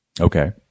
Okay